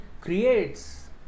creates